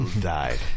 died